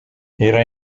era